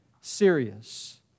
serious